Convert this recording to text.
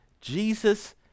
Jesus